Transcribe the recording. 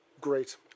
great